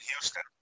Houston